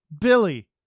Billy